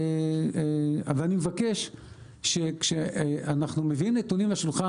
אני מבקש שכשאנחנו מביאים נתונים לשולחן